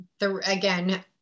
again